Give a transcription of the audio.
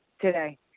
today